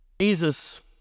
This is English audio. Jesus